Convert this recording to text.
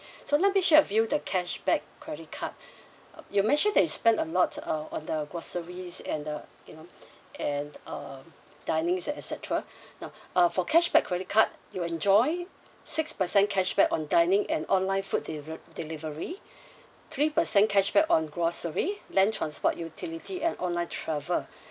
so let me share with you the cashback credit card you mentioned that you spend a lot uh on the groceries and the you know and um dinings and et cetera now uh for cashback credit card you enjoy six percent cashback on dining and online food delive~ delivery three percent cashback on grocery then transport utility and online travel